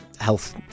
health